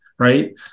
right